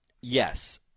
yes